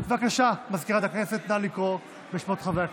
בבקשה, מזכירת הכנסת, נא לקרוא בשמות חברי הכנסת.